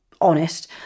honest